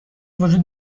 وجود